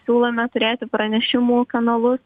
siūlome turėti pranešimų kanalus